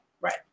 Right